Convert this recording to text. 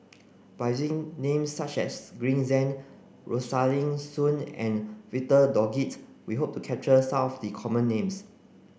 by names such as Green Zeng Rosaline Soon and Victor Doggett we hope to capture some of the common names